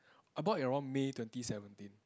I bought at around May twenty seventeen